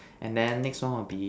and then next one will be